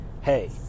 hey